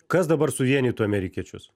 kas dabar suvienytų amerikiečius